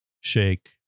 shake